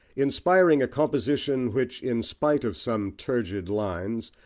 inspiring a composition which, in spite of some turgid lines,